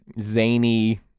zany